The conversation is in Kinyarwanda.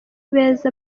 beza